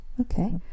Okay